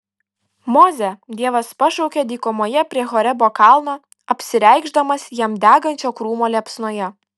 mozę dievas pašaukia dykumoje prie horebo kalno apsireikšdamas jam degančio krūmo liepsnoje